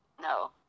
No